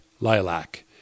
lilac